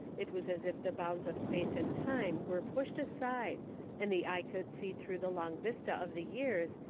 it was as if the bounds of space and time were pushed aside and the eye could see through the long vista of the years,